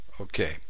Okay